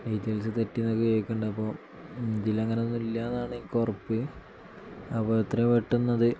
details തെറ്റി എന്നൊക്കെ കേൾക്കുന്നുണ്ട് അപ്പം ഇതിൽ അങ്ങനൊന്നും ഇല്ലാന്നാണ് എനിക്ക് ഉറപ്പ് അപ്പം എത്ര പെട്ടന്നത്